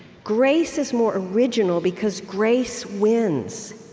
grace is more original, because grace wins.